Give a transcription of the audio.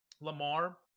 Lamar